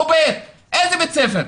איזה בית ספר?